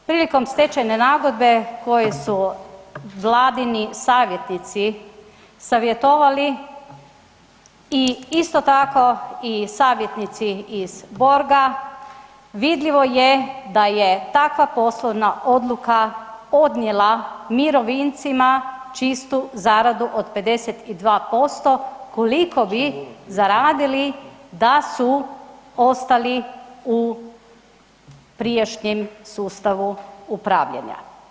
Prilikom stečajne nagodbe koje su vladini savjetnici savjetovali i isto tako i savjetnici iz Borga vidljivo je da je takva poslovna odluka odnijela mirovincima čistu zaradu od 52% koliko bi zaradili da su ostali u prijašnjem sustavu upravljanja.